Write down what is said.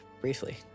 briefly